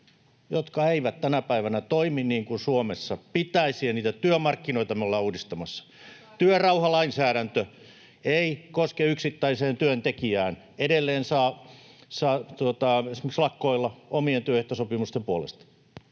jotka eivät tänä päivänä toimi niin kuin Suomessa pitäisi, ja niitä työmarkkinoita me ollaan uudistamassa. Työrauhalainsäädäntö ei koske yksittäiseen työntekijään. Edelleen saa esimerkiksi lakkoilla omien työehtosopimusten puolesta.